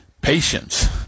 patience